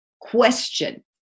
question